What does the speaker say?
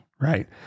right